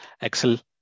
Excel